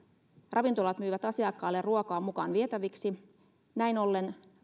ravintolat myyvät asiakkaille ruokaa mukaan vietäväksi näin ollen